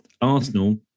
Arsenal